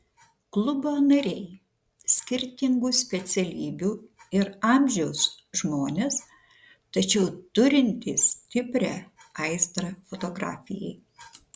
klubo nariai skirtingų specialybių ir amžiaus žmonės tačiau turintys stiprią aistrą fotografijai